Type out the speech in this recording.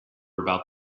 about